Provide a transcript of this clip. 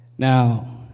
Now